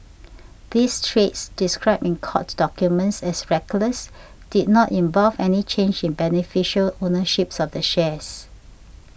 these trades described in court documents as reckless did not involve any change in beneficial ownership of the shares